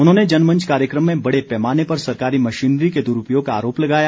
उन्होंने जनमंच कार्यक्रम में बड़े पैमाने पर सरकारी मशीनरी के द्रूपयोग का आरोप लगाया